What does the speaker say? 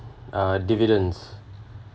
uh dividends